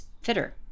fitter